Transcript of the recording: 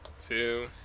Two